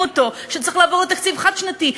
משכנעים אותו שצריך לעבור לתקציב חד-שנתי,